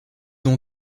ont